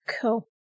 Cool